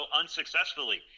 unsuccessfully